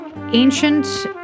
ancient